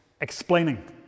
explaining